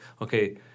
okay